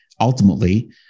ultimately